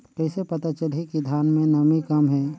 कइसे पता चलही कि धान मे नमी कम हे?